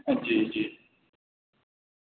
جی جی